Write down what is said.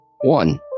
one